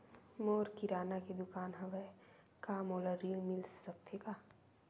मोर किराना के दुकान हवय का मोला ऋण मिल सकथे का?